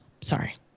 Sorry